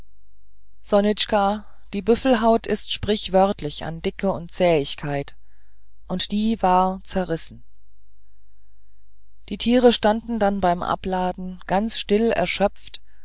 die büffelhaut ist sprichwörtlich an dicke und zähigkeit und die war zerrissen die tiere standen dann beim abladen ganz still erschöpft